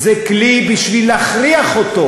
זה כלי בשביל להכריח אותו,